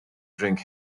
drink